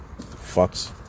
Fucks